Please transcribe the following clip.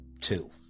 two